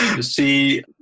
see